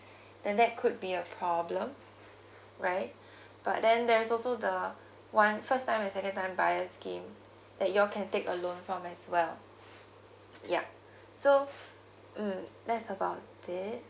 uh another fat under her name right then that could be a problem right but then there's also the one first time is at that time guys game that you're can take a loan from as well yup so mm that's about this